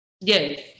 Yes